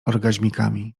orgaźmikami